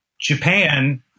Japan